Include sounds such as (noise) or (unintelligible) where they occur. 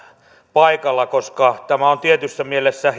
paikalla koska tämä on tietyssä mielessä (unintelligible)